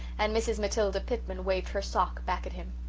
and mrs. matilda pitman waved her sock back at him.